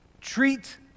treat